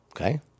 Okay